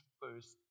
first